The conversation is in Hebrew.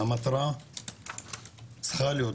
המטרה צריכה להיות,